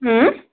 اۭں